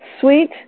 sweet